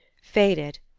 faded,